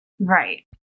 Right